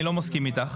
אני לא מסכים איתך,